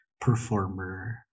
performer